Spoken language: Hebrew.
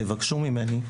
יבקשו ממני,